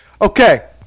Okay